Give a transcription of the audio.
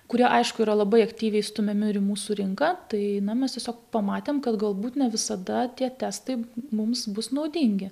kurie aišku yra labai aktyviai stumiami ir į mūsų rinką tai na mes tiesiog pamatėm kad galbūt ne visada tie testai mums bus naudingi